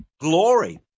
glory